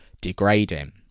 degrading